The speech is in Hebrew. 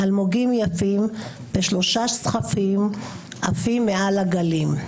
אלמוגים יפים ושלושה שחפים עפים מעל הגלים.